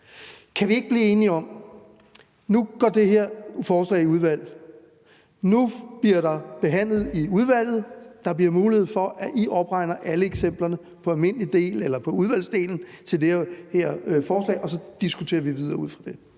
Kan vi ikke blive enige om, at det her forslag nu går i udvalget, og at det nu bliver behandlet der, og at der bliver mulighed for, at I opregner alle eksemplerne på udvalgsdelen til det her forslag, og at vi så diskuterer videre ud fra det?